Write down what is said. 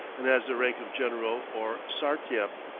and has the rank of general or sartiep.